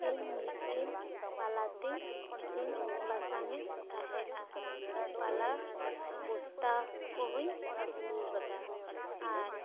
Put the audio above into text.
ᱤᱧ ᱢᱤᱫ ᱫᱤᱱ ᱯᱟᱞᱟᱛᱤ ᱤᱥᱤᱱ ᱵᱟᱥᱟᱝᱼᱮᱫ ᱛᱟᱦᱮᱸᱜᱼᱟ ᱯᱟᱞᱟ ᱵᱚᱥᱛᱟ ᱠᱚᱦᱚᱹᱧ ᱟᱹᱜᱩ ᱠᱟᱫᱟ ᱟᱨ